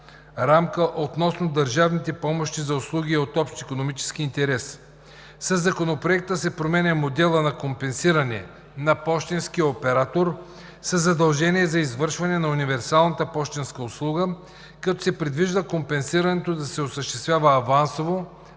рамка относно държавните помощи за услуги от общ икономически интерес. Със Законопроекта се променя моделът на компенсиране на пощенския оператор със задължение за извършване на универсалната пощенска услуга, като се предвижда компенсирането да се осъществява авансово